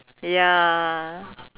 ya